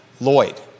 Lloyd